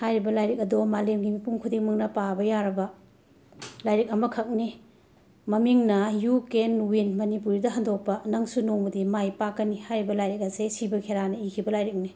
ꯍꯥꯏꯔꯤꯕ ꯂꯥꯏꯔꯤꯛ ꯑꯗꯣ ꯃꯥꯂꯦꯝꯒꯤ ꯃꯤꯄꯨꯝ ꯈꯨꯗꯤꯡꯃꯛꯅ ꯄꯥꯕ ꯌꯥꯔꯕ ꯂꯥꯏꯔꯤꯛ ꯑꯃꯈꯛꯅꯤ ꯃꯃꯤꯡꯅ ꯌꯨ ꯀꯦꯟ ꯋꯤꯟ ꯃꯅꯤꯄꯨꯔꯤꯗ ꯍꯟꯗꯣꯛꯄ ꯅꯪꯁꯨ ꯅꯣꯡꯃꯗꯤ ꯃꯥꯏ ꯄꯥꯛꯀꯅꯤ ꯍꯥꯏꯔꯤꯕ ꯂꯥꯏꯔꯤꯛ ꯑꯁꯦ ꯁꯤꯕ ꯈꯦꯔꯥꯅ ꯏꯈꯤꯕ ꯂꯥꯏꯔꯤꯛꯅꯤ